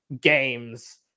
games